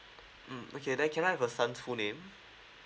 mm okay then can I have your son's full name